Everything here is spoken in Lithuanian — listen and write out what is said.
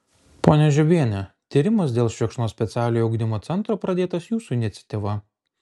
ponia žiobiene tyrimas dėl švėkšnos specialiojo ugdymo centro pradėtas jūsų iniciatyva